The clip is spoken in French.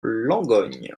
langogne